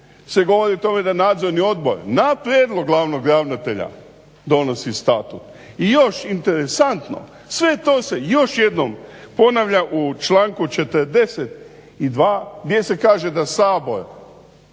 24.se govori o tome da nadzorni odbor na prijedlog glavnog ravnatelja donosi statut. I još interesantno, sve to se još jednom ponavlja u članku 42.gdje se kaže da Sabor